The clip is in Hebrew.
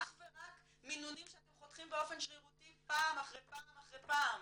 אך ורק מינונים שאתם חותכים באופן שרירותי פעם אחר פעם אחר פעם.